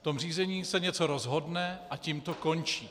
To řízení se něco rozhodne a tím to končí.